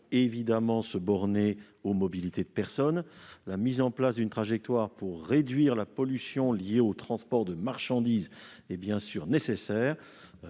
seulement limiter la mobilité des personnes. La mise en place d'une trajectoire pour réduire la pollution liée au transport de marchandises est bien sûr nécessaire.